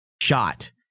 shot